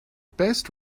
best